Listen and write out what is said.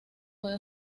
puede